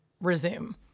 Resume